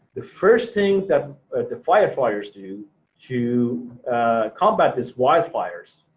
the first thing that the firefighters do to combat this wildfires,